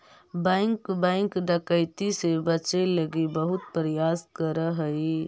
bank bank डकैती से बचे लगी बहुत प्रयास करऽ हइ